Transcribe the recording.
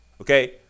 Okay